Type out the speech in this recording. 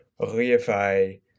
reify